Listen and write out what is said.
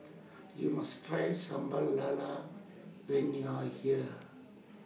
YOU must Try Sambal Lala when YOU Are here